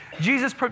Jesus